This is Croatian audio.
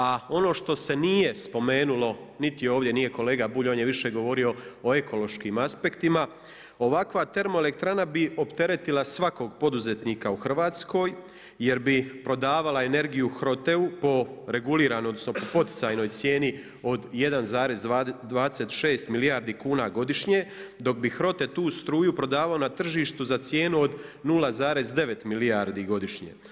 A ono što se nije spomenulo, niti ovdje nije kolega Bulj, on je više govorio o ekološkim aspektima ovakva termoelektrana bi opteretila svakog poduzetnika u Hrvatskoj jer bi prodavala energiju HROT-eu po reguliranoj, odnosno po poticajnoj cijeni od 1,26 milijuna kuna godišnje, dok bi HROT-e tu struju prodavao na tržištu za cijenu od 0,9 milijardi godišnje.